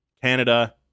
Canada